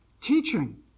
teaching